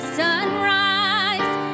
sunrise